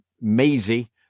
Maisie